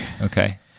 Okay